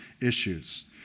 issues